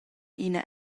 ina